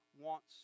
wants